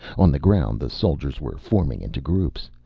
on the ground the soldiers were forming into groups.